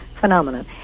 phenomenon